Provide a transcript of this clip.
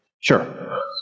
Sure